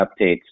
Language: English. updates